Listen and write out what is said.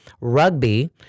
rugby